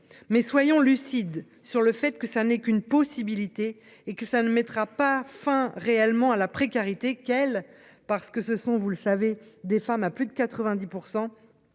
Mais soyons lucides sur le fait que ça n'est qu'une possibilité et que ça ne mettra pas fin réellement à la précarité. Quelle parce que ce sont vous le savez des femmes à plus de 90%